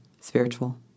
spiritual